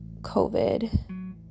COVID